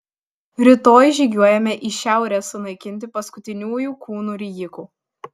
rytoj žygiuojame į šiaurę sunaikinti paskutiniųjų kūnų rijikų